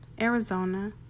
Arizona